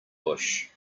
bush